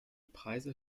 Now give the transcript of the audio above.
preise